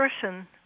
person